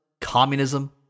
communism